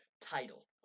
title